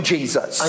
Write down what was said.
Jesus